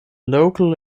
local